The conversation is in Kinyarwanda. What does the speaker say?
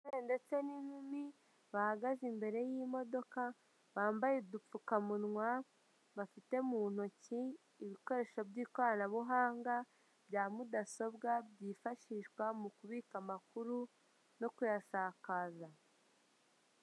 Abasore ndetse n'inkumi bahagaze imbere y'imodoka, bambaye udupfukamunwa, bafite mu ntoki ibikoresho by'ikoranabuhanga bya mudasobwa byifashishwa mu kubika amakuru no kuyasakaza.